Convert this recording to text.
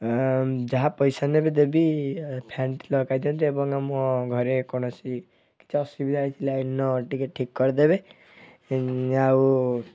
ଯାହା ପଇସା ନେବେ ଦେବି ଫ୍ୟାନ୍ଟି ଲଗାଇ ଦିଅନ୍ତୁ ଏବଂ ଆମ ଘରେ କୌଣସି କିଛି ଅସୁବିଧା ହୋଇଛି ଲାଇନ୍ର ଟିକେ ଠିକ୍ କରିଦେବେ ଆଉ